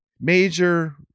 major